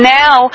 now